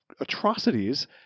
atrocities